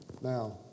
Now